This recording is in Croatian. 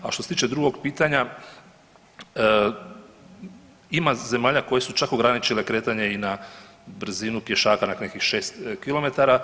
A što se tiče drugog pitanja, ima zemalja koje su čak ograničile kretanje i na brzinu pješaka na nekih 6 kilometara.